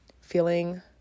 feeling